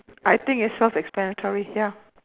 I think it's self explanatory ya